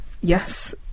Yes